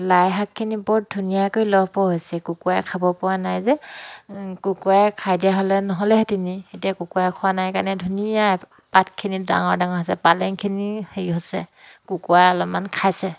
লাই শাকখিনি বৰ ধুনীয়াকৈ লহ পহ হৈছে কুকুৰাই খাব পৰা নাই যে কুকুৰাই খাই দিয়া হ'লে নহ'লেহেঁতেনেই এতিয়া কুকুৰাই খোৱা নাই কাৰণে ধুনীয়া পাতখিনি ডাঙৰ ডাঙৰ হৈছে পালেংখিনি হেৰি হৈছে কুকুৰাই অলপমান খাইছে